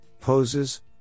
poses